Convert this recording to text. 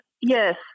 yes